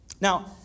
Now